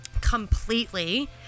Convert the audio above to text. completely